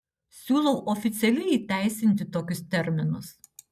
siūlau oficialiai įteisinti tokius terminus